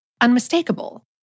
unmistakable